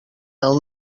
del